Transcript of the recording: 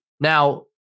Now